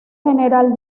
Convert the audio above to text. general